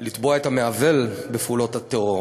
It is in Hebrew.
לתבוע את המעוול בפעולות טרור.